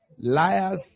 liars